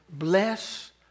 Bless